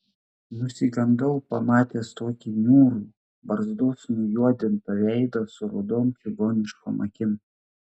nusigandau pamatęs tokį niūrų barzdos nujuodintą veidą su rudom čigoniškom akim